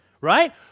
right